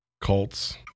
cults